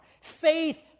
faith